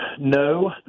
no